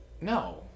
No